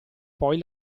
poi